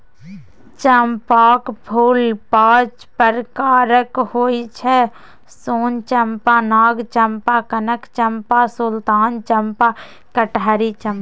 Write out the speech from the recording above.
चंपाक फूल पांच प्रकारक होइ छै सोन चंपा, नाग चंपा, कनक चंपा, सुल्तान चंपा, कटहरी चंपा